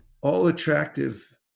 all-attractive